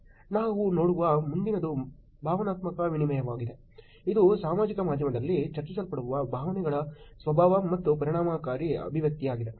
ನಾವು ನೋಡುವ ಮುಂದಿನದು ಭಾವನಾತ್ಮಕ ವಿನಿಮಯವಾಗಿದೆ ಇದು ಸಾಮಾಜಿಕ ಮಾಧ್ಯಮದಲ್ಲಿ ಚರ್ಚಿಸಲ್ಪಡುವ ಭಾವನೆಗಳ ಸ್ವಭಾವ ಮತ್ತು ಪರಿಣಾಮಕಾರಿ ಅಭಿವ್ಯಕ್ತಿಯಾಗಿದೆ